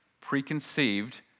preconceived